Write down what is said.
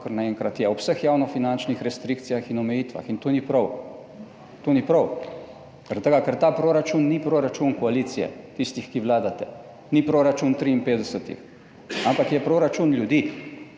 kar naenkrat je, ob vseh javnofinančnih restrikcijah in omejitvah. In to ni prav zaradi tega, ker ta proračun ni proračun koalicije, tistih, ki vladate, ni proračun 53 [posameznikov], ampak je proračun ljudi,